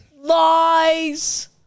Lies